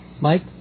Mike